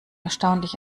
erstaunlich